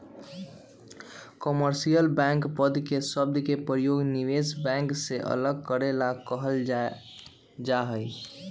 commercial bank पद के शब्द के प्रयोग निवेश बैंक से अलग करे ला कइल जा हई